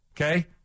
Okay